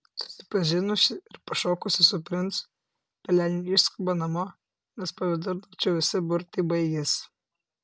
susipažinusi ir pašokusi su princu pelenė išskuba namo nes po vidurnakčio visi burtai baigiasi